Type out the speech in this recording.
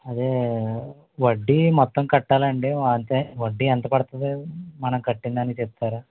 అదే వడ్డీ మొత్తం కట్టాలాండి అంతే వడ్డీ ఎంత పడుతుంది మనం కట్టిందానికిస్తారా